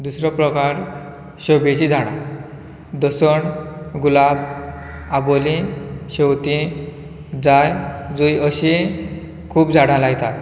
दुसरो प्रकार शोभेची झाडां दसण गुलाब आबोली शेवतें जाय जूय अशीं खुबशी झाडां लायतात